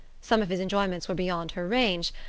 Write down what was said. some of his enjoyments were beyond her range,